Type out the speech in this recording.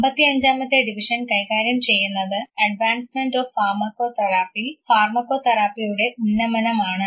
55 മത്തെ ഡിവിഷൻ കൈകാര്യം ചെയ്യുന്നത് അഡ്വാൻസ്മെൻറ് ഓഫ് ഫാർമക്കോതെറാപ്പി ഫാർമക്കോതെറാപ്പിയുടെ ഉന്നമനമാണ്